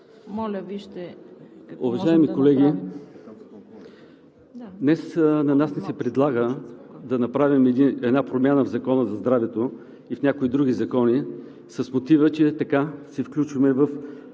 ЙОРДАНОВ: Уважаеми колеги, днес на нас ни се предлага да направим една промяна в Закона за здравето и в някои други закони с мотива, че така се включваме в